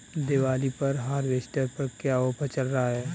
दीपावली पर हार्वेस्टर पर क्या ऑफर चल रहा है?